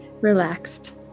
relaxed